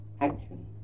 action